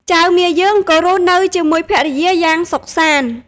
ចៅមាយើងក៏រស់នៅជាមួយភរិយាយ៉ាងសុខសាន្ត។